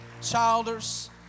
Childers